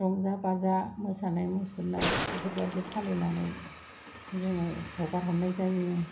रंजा बाजा मोसानाय मुसुरनाय बेफोरबायदि फालिनानै जोङो हगार हरनाय जायो